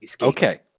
Okay